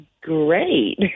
great